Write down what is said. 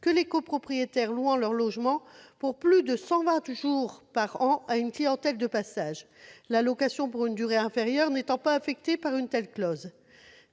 seuls copropriétaires louant leur logement pour plus de cent vingt jours par an à une clientèle de passage, la location pour une durée inférieure n'étant pas affectée par une telle clause.